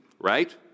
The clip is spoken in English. Right